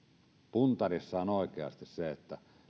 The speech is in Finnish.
puntarissa on oikeasti se